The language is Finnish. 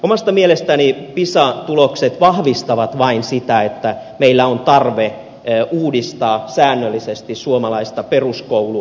omasta mielestäni pisa tulokset vahvistavat vain sitä että meillä on tarve uudistaa säännöllisesti suomalaista peruskoulua